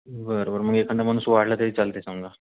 बरं बरं मग एखादा माणूस वाढला तरी चालतं आहे समजा